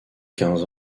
quinze